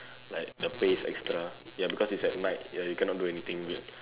like the pay is extra ya because it's at night ya you cannot do anything weird